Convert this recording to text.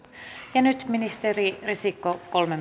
ja nyt ministeri risikko kolme